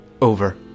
over